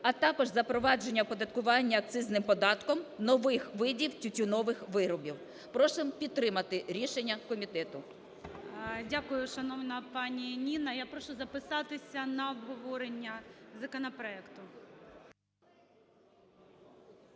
а також запровадження оподаткування акцизним податком нових видів тютюнових виробів. Просимо підтримати рішення комітету. ГОЛОВУЮЧИЙ. Дякую, шановна пані Ніна. Я прошу записатися на обговорення законопроекту.